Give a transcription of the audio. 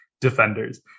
defenders